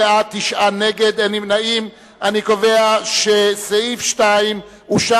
בל"ד ורע"ם-תע"ל לסעיף 2 לא נתקבלה.